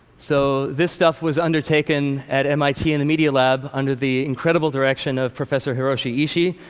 so this stuff was undertaken at mit and the media lab under the incredible direction of professor hiroshi ishii,